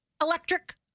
electric